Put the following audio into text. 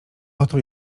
oto